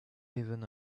even